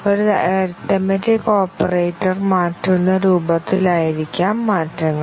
ഒരു arithmetic operator മാറ്റുന്ന രൂപത്തിലായിരിക്കാം മാറ്റങ്ങൾ